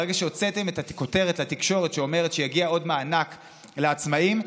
ברגע שהוצאתם את הכותרת לתקשורת שאומרת שיגיע עוד מענק לעצמאים,